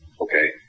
okay